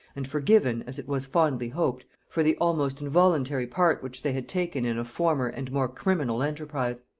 and forgiven, as it was fondly hoped, for the almost involuntary part which they had taken in a former and more criminal enterprise.